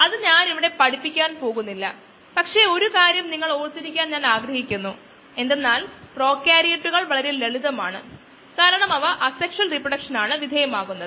അവ ചെയ്യുന്നതിനുള്ള വഴികളുണ്ട് ഗണിത പ്രാതിനിധ്യത്തിൽ അവ ഉൾപ്പെടുത്തുന്നതിനുള്ള മാർഗങ്ങളുണ്ട് ഈ പ്രത്യേക കോഴ്സിൽ ആ വശങ്ങൾ നമ്മൾ പരിശോധിക്കില്ല